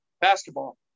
basketball